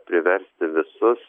priversti visus